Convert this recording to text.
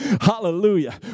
Hallelujah